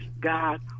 god